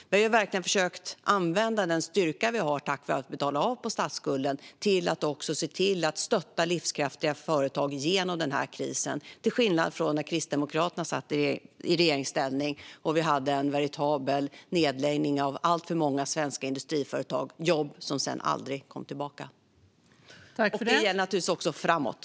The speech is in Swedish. Vi har verkligen försökt att använda den styrka vi har, tack vare att vi betalat av på statsskulden, till att se till att stötta livskraftiga företag genom denna kris - till skillnad från när Kristdemokraterna satt i regeringsställning och vi hade en veritabel nedläggning av alltför många svenska industriföretag. Det var jobb som sedan aldrig kom tillbaka. Detta gäller naturligtvis också framåt.